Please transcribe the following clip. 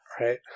right